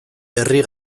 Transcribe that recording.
herri